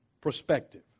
perspective